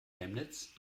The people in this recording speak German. chemnitz